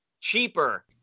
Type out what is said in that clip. cheaper